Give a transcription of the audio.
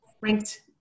ranked